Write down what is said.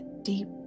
deep